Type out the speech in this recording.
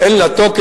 אין לה תוקף,